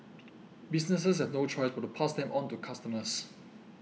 businesses have no choice but to pass them on to customers